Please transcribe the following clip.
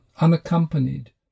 unaccompanied